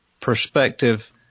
perspective